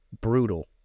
Brutal